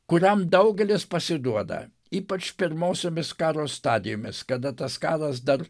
kuriam daugelis pasiduoda ypač pirmosiomis karo stadijomis kada tas karas dar